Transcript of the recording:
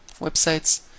websites